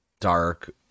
dark